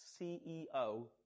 CEO